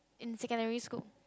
in secondary school